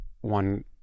one